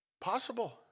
possible